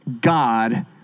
God